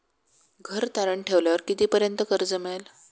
घर तारण ठेवल्यावर कितीपर्यंत कर्ज मिळेल?